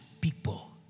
people